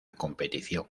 competición